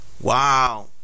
Wow